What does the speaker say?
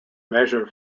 measure